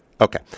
Okay